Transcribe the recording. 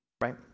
right